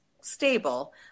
stable